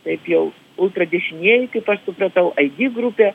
taip jau ultradešinieji kaip aš supratau id grupė